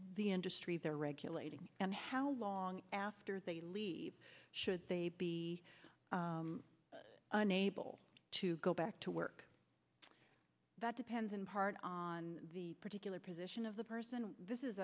the industry they're regulating and how long after they leave should they be unable to go back to work that depends in part on the particular position of the person this is